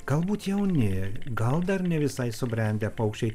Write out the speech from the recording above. galbūt jauni gal dar ne visai subrendę paukščiai